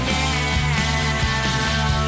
now